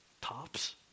tops